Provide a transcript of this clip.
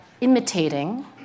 imitating